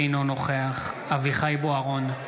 אינו נוכח אביחי אברהם בוארון,